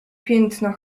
piętno